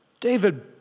David